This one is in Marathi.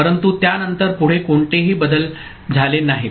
परंतु त्यानंतर पुढे कोणतेही बदल झाले नाहीत